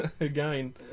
again